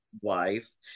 wife